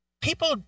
people